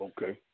Okay